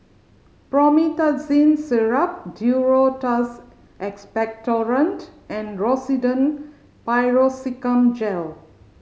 Promethazine Syrup Duro Tuss Expectorant and Rosiden Piroxicam Gel